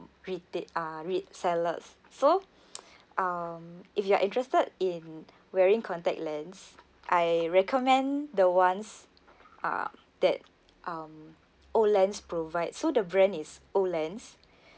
retai~ uh re~ sellers so um if you are interested in wearing contact lens I recommend the ones uh that um Olens provide so the brand is Olens